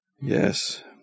Yes